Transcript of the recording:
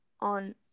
on